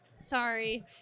Sorry